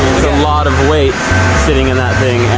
a lot of weight sitting in that thing,